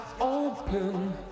open